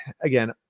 again